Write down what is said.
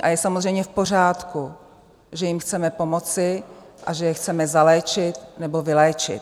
A je samozřejmě v pořádku, že jim chceme pomoci a že chceme zaléčit nebo vyléčit.